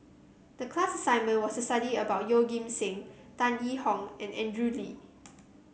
the class assignment was to study about Yeoh Ghim Seng Tan Yee Hong and Andrew Lee